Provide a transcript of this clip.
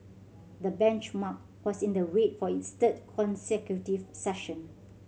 the benchmark was in the red for its third consecutive session